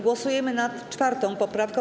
Głosujemy nad 4. poprawką.